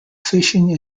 fishing